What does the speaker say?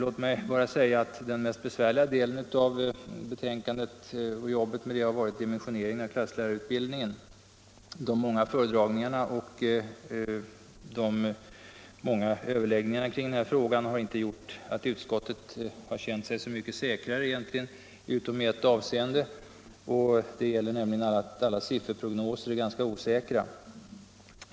Den besvärligaste delen i arbetet med detta betänkande har varit dimensioneringen av klasslärarutbildningen. De många föredragningarna och överläggningarna i den frågan har inte gjort att utskottet egentligen har känt sig så mycket säkrare, utom i ett avseende, nämligen det att alla sifferprognoser är ganska osäkra.